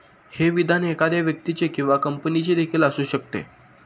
हे विधान एखाद्या व्यक्तीचे किंवा कंपनीचे देखील असू शकते